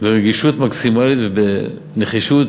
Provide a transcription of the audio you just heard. ברגישות מקסימלית ובנחישות